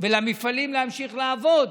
ולמפעלים להמשיך לעבוד.